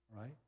right